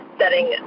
setting